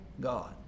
God